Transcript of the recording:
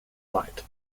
light